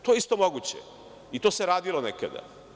To je isto moguće, i to se radilo nekada.